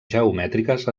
geomètriques